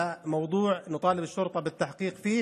זה דבר שאנחנו דורשים מהמשטרה לחקור,